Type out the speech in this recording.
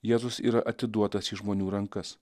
jėzus yra atiduotas į žmonių rankas